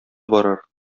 барыр